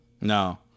No